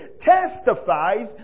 testifies